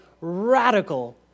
radical